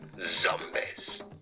Zombies